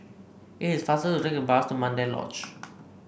it is faster to take the bus to Mandai Lodge